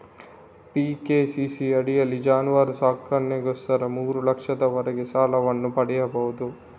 PKCC ಅಡಿಯಲ್ಲಿ ಜಾನುವಾರು ಸಾಕಣೆಗೋಸ್ಕರ ಮೂರು ಲಕ್ಷದವರೆಗೆ ಸಾಲವನ್ನು ಪಡೆಯಬಹುದು